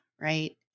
right